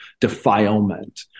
defilement